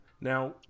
Now